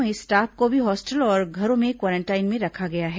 वहीं स्टाफ को भी हॉस्टल और घरों में क्वारेंटाइन में रखा गया है